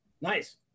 Nice